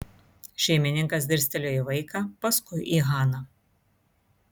šeimininkas dirstelėjo į vaiką paskui į haną